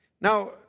Now